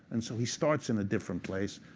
and so he starts in a different place,